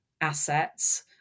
assets